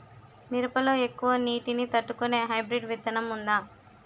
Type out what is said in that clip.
మిరప లో ఎక్కువ నీటి ని తట్టుకునే హైబ్రిడ్ విత్తనం వుందా?